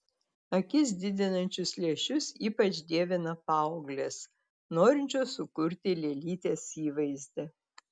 akis didinančius lęšius ypač dievina paauglės norinčios sukurti lėlytės įvaizdį